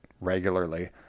regularly